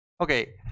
Okay